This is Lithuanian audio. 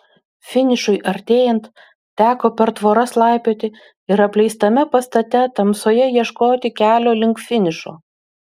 finišui artėjant teko per tvoras laipioti ir apleistame pastate tamsoje ieškoti kelio link finišo